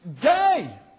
day